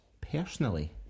personally